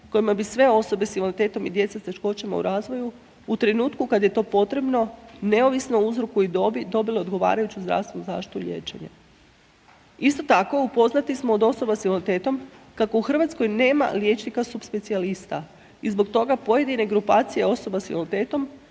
kojima bi sve osobe s invaliditetom i djeca s teškoćama u razvoju u trenutku kad je to potrebno, neovisno o uzroku i dobi dobili odgovarajuću zdravstvenu zaštitu i liječenje. Isto tako upoznati smo od osoba s invaliditetom kako u Hrvatskoj nema liječnika subspecijalista i zbog toga pojedine grupacije osoba s invaliditetom